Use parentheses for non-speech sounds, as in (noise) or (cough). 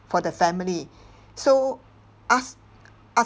for the family (breath) so ask